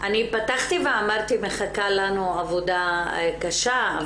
אני פתחתי ואמרתי שמחכה לנו עבודה קשה,